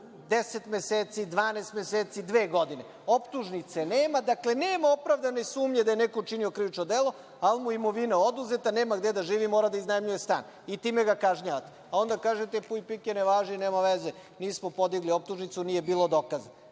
10 meseci, 12 meseci, dve godine, optužnice nema. Dakle, nema opravdane sumnje da je neko učinio krivično delo, ali mu je imovina oduzeta, nema gde da živi i mora da iznajmljuje stan i time ga kažnjavate, a onda kažete – puj pike ne važi, nema veze, nismo podigli optužnicu, nije bilo dokaza.